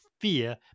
fear